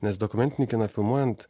nes dokumentinį kiną filmuojant